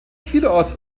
vielerorts